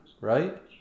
right